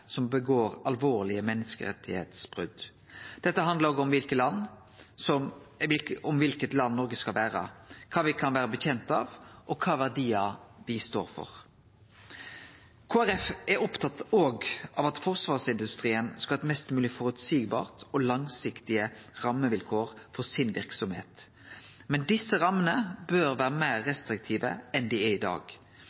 som gjer alvorlege menneskerettsbrot. Dette handlar òg om kva for eit land Noreg skal vere, kva me kan vedkjenne oss, og kva verdiar me står for. Kristeleg Folkeparti er òg opptatt av at forsvarsindustrien skal ha mest mogleg føreseielege og langsiktige rammevilkår for verksemda si. Men desse rammene bør vere meir